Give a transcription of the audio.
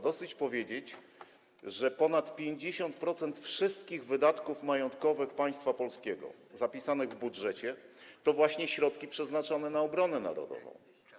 Dosyć powiedzieć, że ponad 50% wszystkich wydatków majątkowych państwa polskiego zapisanych w budżecie to właśnie środki przeznaczane na obronę narodową.